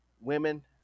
women